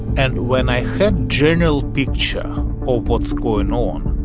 and when i had general picture of what's going on,